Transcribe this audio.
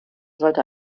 sollte